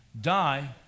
die